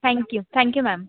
thank you thank you ma'am